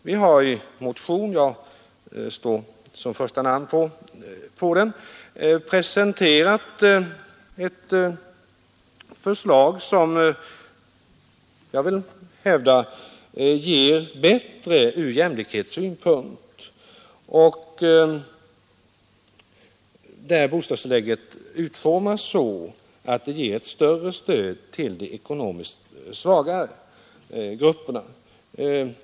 Vi har i en motion, under vilken mitt namn står först, presenterat ett förslag som är bättre från jämlikhetssynpunkt. Enligt detta utformas bostadstillägget så att det ger ett större stöd till de ekonomiskt svagare grupperna.